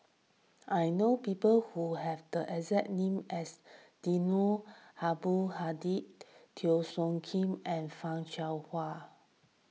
I know people who have the exact name as Eddino Abdul Hadi Teo Soon Kim and Fan Shao Hua